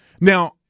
Now